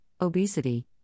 obesity